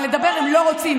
אבל לדבר הם לא רוצים,